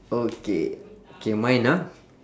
okay K mine ah